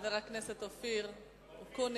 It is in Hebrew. חבר הכנסת אופיר אקוניס.